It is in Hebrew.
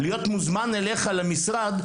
להיות מוזמן אליך למשרד,